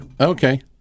Okay